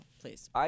please